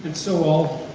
and so i'll